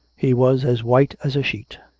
he was as white as a sheet.